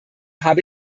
habe